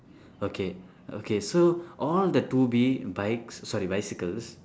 okay okay so all the two B bikes sorry bicycles